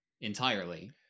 entirely